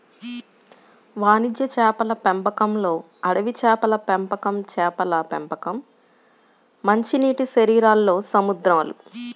వాణిజ్య చేపల పెంపకంలోఅడవి చేపల పెంపకంచేపల పెంపకం, మంచినీటిశరీరాల్లో సముద్రాలు